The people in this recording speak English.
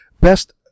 Best